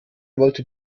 wollte